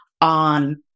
on